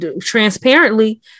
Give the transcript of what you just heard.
transparently